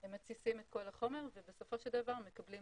הם מתסיסים את כל החומר ובסופו של דבר מקבלים